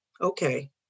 Okay